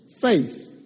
faith